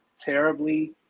terribly